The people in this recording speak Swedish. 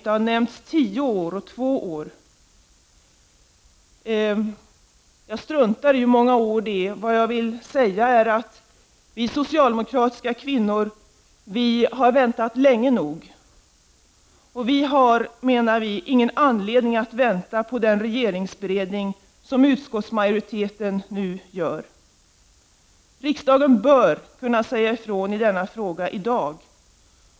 Två år och tio år har nämnts. Jag struntar i hur många år det är fråga om. Vad jag vill säga är att vi socialdemokratiska kvinnor har väntat länge nog. Vi menar att vi inte har någon anledning att vänta på den regeringsberedning som utskottsmajoriteten nu hänvisar till. Riksdagen bör i dag kunna säga ifrån i denna fråga.